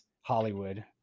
Hollywood